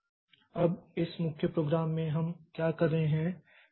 अब इस मुख्य प्रोग्राम में हम क्या कर रहे हैं